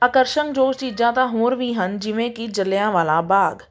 ਆਕਰਸ਼ਣ ਯੋਗ ਚੀਜ਼ਾਂ ਤਾਂ ਹੋਰ ਵੀ ਹਨ ਜਿਵੇਂ ਕਿ ਜਲ੍ਹਿਆਵਾਲਾ ਬਾਗ